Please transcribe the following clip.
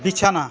বিছানা